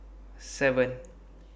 seven